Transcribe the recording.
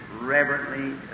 reverently